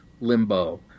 limbo